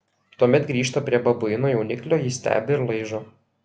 tuomet grįžta prie babuino jauniklio jį stebi ir laižo